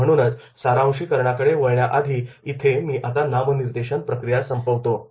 आणि म्हणूनच सारांशिकरणाकडे वळण्याआधी इथे मी आता नामनिर्देशन प्रक्रिया संपवितो